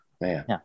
man